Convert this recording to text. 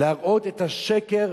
להראות את השקר,